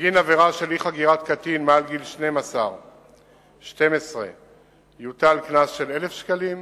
בגין עבירה של אי-חגירת קטין מעל גיל 12 יוטל קנס של 1,000 שקלים,